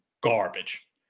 garbage